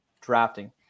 drafting